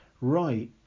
right